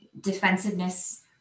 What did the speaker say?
Defensiveness